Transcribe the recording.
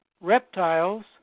reptiles